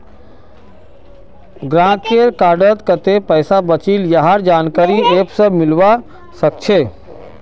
गाहकेर कार्डत कत्ते पैसा बचिल यहार जानकारी ऐप स मिलवा सखछे